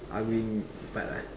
out going part lah